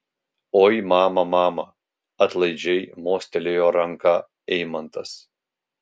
oi mama mama atlaidžiai mostelėjo ranka eimantas